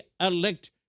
elect